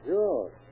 Sure